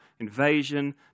invasion